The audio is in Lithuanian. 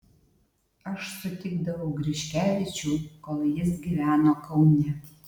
aš sutikdavau griškevičių kol jis gyveno kaune